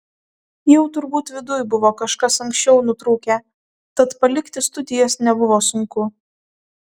jau turbūt viduj buvo kažkas anksčiau nutrūkę tad palikti studijas nebuvo sunku